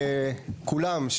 כולם,